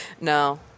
No